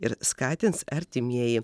ir skatins artimieji